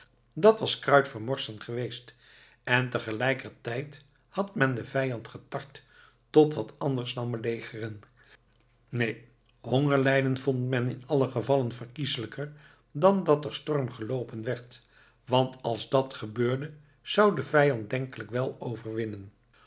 dat was kruit vermorsen geweest en tegelijkertijd had men den vijand getart tot wat anders dan belegeren neen hongerlijden vond men in alle gevallen verkieselijker dan dat er storm geloopen werd want als dat gebeurde zou de vijand denkelijk wel overwinnen